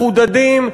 מחודדים,